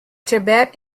tibet